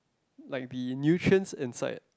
like the nutrient inside